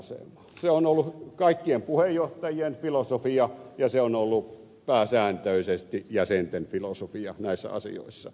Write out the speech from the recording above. se on ollut kaikkien puheenjohtajien filosofia ja se on ollut pääsääntöisesti jäsenten filosofia näissä asioissa